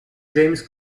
james